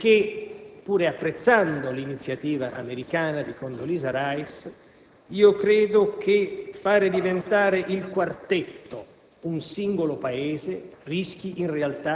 Per questo ritengo che sarà necessaria una missione nella regione oltre che urgente una discussione a livello europeo,